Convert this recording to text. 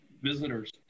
visitors